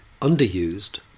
underused